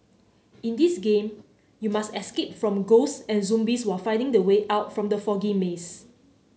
in this game you must escape from ghosts and zombies while finding the way out from the foggy maze